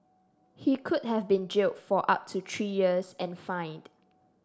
he could have been jailed for up to three years and fined